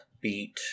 Beat